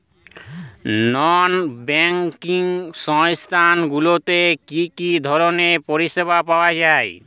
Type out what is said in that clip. নন banking সংস্থা গুলিতে কি কি ধরনের পরিসেবা পাওয়া য়ায়?